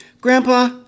Grandpa